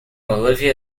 olivia